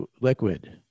liquid